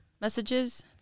messages